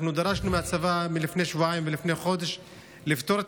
אנחנו דרשנו מהצבא לפני שבועיים ולפני חודש לפתור את